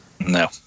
No